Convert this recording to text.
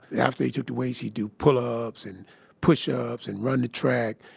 after they took the weights, he do pull-ups and pushups and run the track.